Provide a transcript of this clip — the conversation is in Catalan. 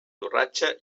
torratxa